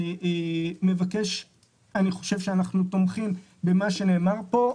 אנחנו תומכים במה שנאמר פה,